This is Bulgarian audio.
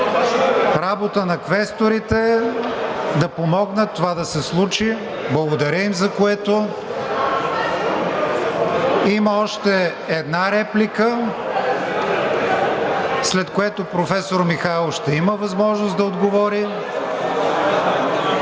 Работа на квесторите – да помогнат това да се случи, благодарим, за което. Има още една реплика, след което професор Михайлов ще има възможност да отговори.